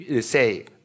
say